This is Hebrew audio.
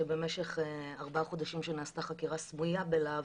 שבמשך ארבעה חודשים שנעשתה חקירה סמויה בלהב,